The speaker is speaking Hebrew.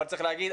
אבל צריך להגיד,